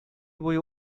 буе